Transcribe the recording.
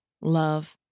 love